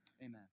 amen